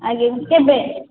ଆଜ୍ଞା କେବେ